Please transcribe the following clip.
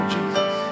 Jesus